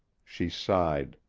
she sighed,